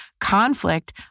conflict